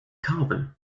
carbon